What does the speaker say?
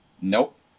nope